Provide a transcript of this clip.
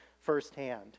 firsthand